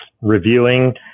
reviewing